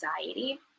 anxiety